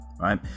right